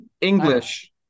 English